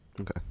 Okay